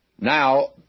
Now